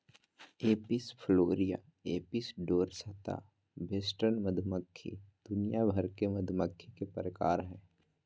Apis florea, Apis dorsata, western मधुमक्खी दुनिया भर के मधुमक्खी के प्रकार हय